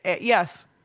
yes